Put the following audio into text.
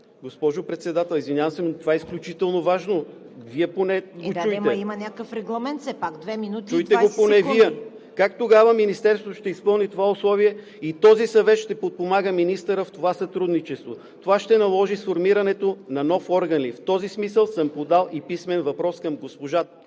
Госпожо Председател, извинявам се, но това е изключително важно, Вие поне го чуйте. ПРЕДСЕДАТЕЛ ЦВЕТА КАРАЯНЧЕВА: Да, но има някакъв регламент. Все пак две минути и 20 секунди. РУМЕН ГЕОРГИЕВ: Чуйте го поне Вие. Как тогава Министерството ще изпълни това условие и този съвет ще подпомага министъра в това сътрудничество? Това ще наложи сформирането на нов орган ли? В този смисъл съм подал и писмен въпрос към госпожа Танева.